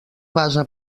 base